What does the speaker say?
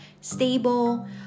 stable